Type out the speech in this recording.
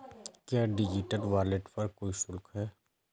क्या digital wallet पर कोई शुल्क है?